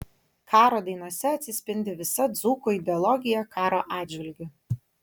karo dainose atsispindi visa dzūko ideologija karo atžvilgiu